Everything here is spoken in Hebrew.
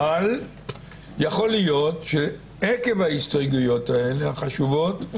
אבל יכול להיות שעקב ההסתייגויות החשובות האלה,